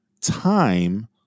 time